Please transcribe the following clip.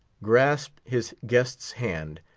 grasped his guest's hand,